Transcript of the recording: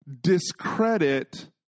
discredit